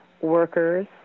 workers